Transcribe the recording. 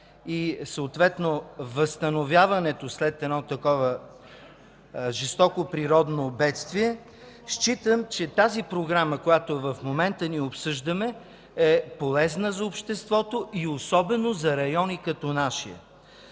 съответно възстановяването след такова жестоко природно бедствие, считам, че тази програма, която в момента обсъждаме, е полезна за обществото и особено за райони като нашия.